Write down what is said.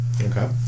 Okay